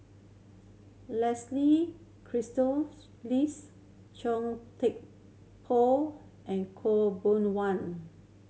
Leslie Lease Thye Poh and Khaw Boon Wan